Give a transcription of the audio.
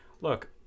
look